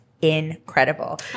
incredible